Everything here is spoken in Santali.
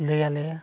ᱞᱟᱹᱭ ᱟᱞᱮᱭᱟ